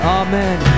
amen